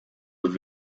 with